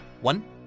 One